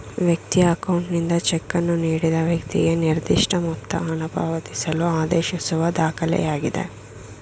ವ್ಯಕ್ತಿಯ ಅಕೌಂಟ್ನಿಂದ ಚೆಕ್ಕನ್ನು ನೀಡಿದ ವ್ಯಕ್ತಿಗೆ ನಿರ್ದಿಷ್ಟಮೊತ್ತ ಹಣಪಾವತಿಸಲು ಆದೇಶಿಸುವ ದಾಖಲೆಯಾಗಿದೆ